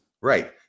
Right